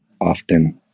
often